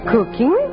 Cooking